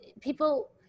people